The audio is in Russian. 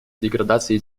деградации